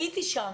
הייתי שם,